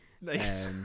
nice